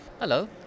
Hello